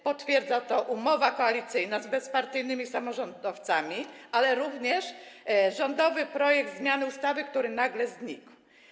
Potwierdzają to umowa koalicyjna z bezpartyjnymi samorządowcami, ale również rządowy projekt zmiany ustawy, który nagle znikł.